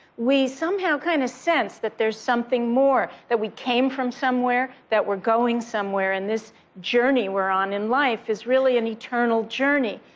we somehow kind of sense that there's something more, that we came from somewhere, that we're going somewhere, and this journey we're on in life is really an eternal journey.